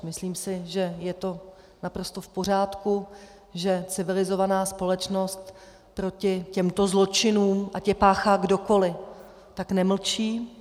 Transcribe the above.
Myslím si, že je to naprosto v pořádku, že civilizovaná společnost proti těmto zločinům, ať je páchá kdokoliv, tak nemlčí.